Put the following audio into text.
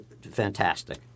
fantastic